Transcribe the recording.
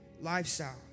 lifestyle